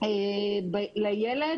לילד